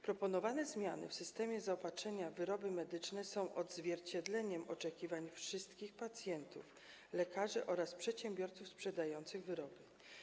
Proponowane zmiany w systemie zaopatrzenia w wyroby medyczne są odzwierciedleniem oczekiwań wszystkich pacjentów, lekarzy oraz przedsiębiorców sprzedających wyroby.